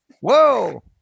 Whoa